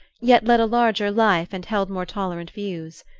yet led a larger life and held more tolerant views.